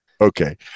okay